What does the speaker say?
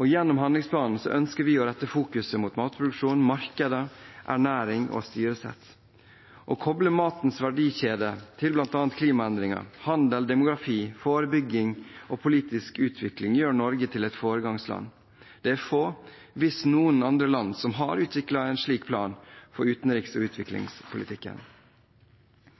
Gjennom handlingsplanen ønsker vi å rette fokuset mot matproduksjon, markeder, ernæring og styresett. Å koble matens verdikjeder til bl.a. klimaendringer, handel, demografi, forebygging og politisk utvikling, gjør Norge til et foregangsland. Det er få, hvis noen, andre land som har utviklet en slik plan for utenriks- og utviklingspolitikken.